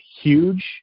huge